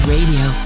Radio